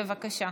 בבקשה,